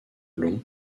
long